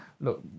look